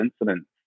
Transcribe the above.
incidents